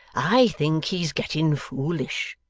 i think he's getting foolish